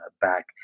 back